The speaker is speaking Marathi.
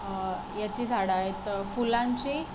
ह्याची झाडं आहेत फुलांची